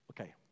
Okay